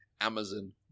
Amazon